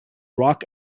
rock